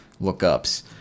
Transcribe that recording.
lookups